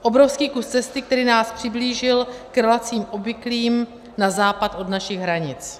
Obrovský kus cesty, který nás přiblížil k relacím obvyklým na západ od našich hranic.